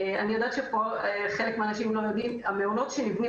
אני יודעת שחלק מהנוכחים כאן לא יודעים אבל המעונות שנבנים